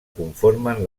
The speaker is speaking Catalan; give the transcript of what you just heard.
conformen